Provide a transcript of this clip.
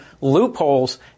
loopholes –